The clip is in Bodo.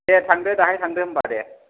दे थांदो दाहाय थांदो होम्बा दे